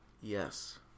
Yes